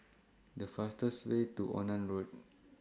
The fastest Way to Onan Road